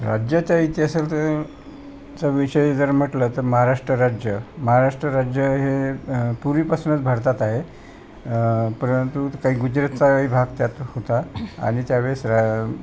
राज्याच्या इतिहासालतं चा विषय जर म्हटलात तर महाराष्ट्र राज्य महाराष्ट्र राज्य हे पूर्वीपासूनच भारतात आहे परंतु काही गुजरातचाही भाग त्यात होता आणि त्यावेळेस रा